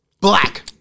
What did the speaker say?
black